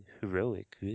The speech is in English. Heroic